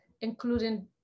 including